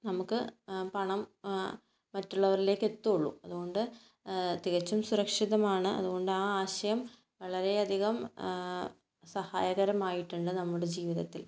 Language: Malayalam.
നമുക്ക് പണം മറ്റുള്ളവരിലേക്ക് എത്തുള്ളൂ അതുകൊണ്ട് തികച്ചും സുരക്ഷിതമാണ് അതുകൊണ്ട് ആ ആശയം വളരെയധികം സഹായകരമായിട്ടുണ്ട് നമ്മുടെ ജീവിതത്തിൽ